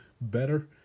better